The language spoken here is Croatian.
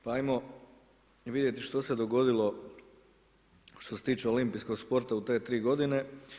Pa ajmo vidjeti što se dogodilo što se tiče olimpijskog sporta u te tri godine.